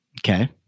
Okay